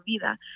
Vida